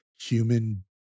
human